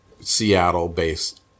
Seattle-based